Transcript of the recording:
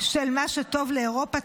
של "מה שטוב לאירופה,